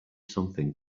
something